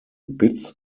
bits